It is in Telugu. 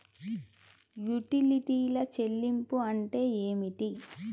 యుటిలిటీల చెల్లింపు అంటే ఏమిటి?